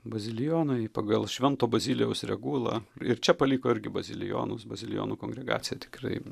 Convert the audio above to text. bazilijonai pagal švento bazilijaus regulą ir čia paliko irgi bazilijonus bazilijonų kongregaciją tikrai